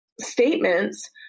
statements